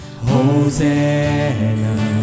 hosanna